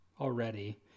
already